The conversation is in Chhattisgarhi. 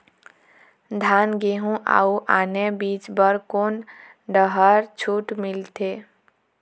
धान गेहूं अऊ आने बीज बर कोन डहर छूट मिलथे?